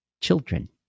children